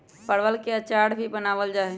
परवल के अचार भी बनावल जाहई